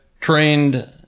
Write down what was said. trained